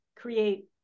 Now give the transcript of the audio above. create